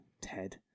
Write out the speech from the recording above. Ted